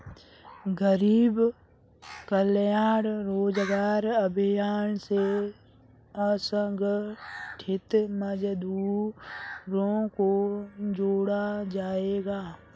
गरीब कल्याण रोजगार अभियान से असंगठित मजदूरों को जोड़ा जायेगा